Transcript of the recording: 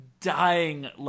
dying